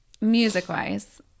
music-wise